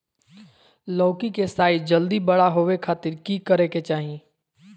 लौकी के साइज जल्दी बड़ा होबे खातिर की करे के चाही?